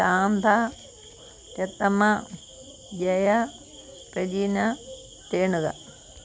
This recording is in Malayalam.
ശാന്ത രത്നമ്മ ജയ റെജീന രേണുക